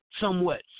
somewhat